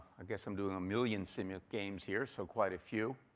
i guess i'm doing a million so um yeah games here, so quite a few.